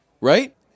Right